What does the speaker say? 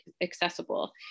accessible